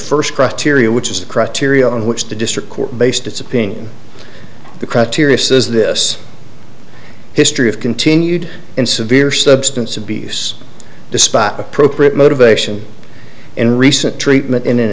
first criteria which is the criteria on which the district court based its opinion the criteria says this history of continued in severe substance abuse despite appropriate motivation in recent treatment in a